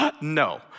no